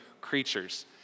creatures